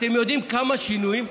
אתם יודעים כמה שינויים?